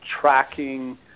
tracking